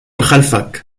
خلفك